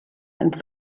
and